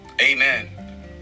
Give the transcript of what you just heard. Amen